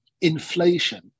inflation